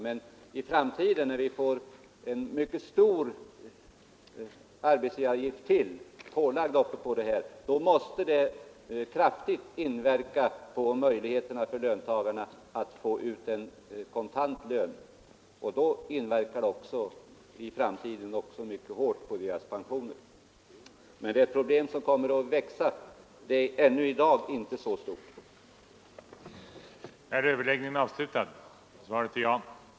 Men i framtiden när vi får en mycket stor arbetsgivaravgift lagd ovanpå den nuvarande måste det kraftigt inverka på möjligheterna för löntagarna att få ut en högre kontantlön, och det kommer att inverka mycket Nr 30 kraftigt på deras pensioner. Det är ett problem som kommer att växa. Onsdagen den Det är i dag ännu inte så stort.